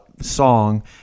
song